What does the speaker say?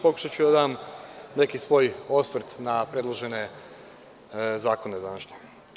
Pokušaću da dam neki svoj osvrt na predložene zakone današnje.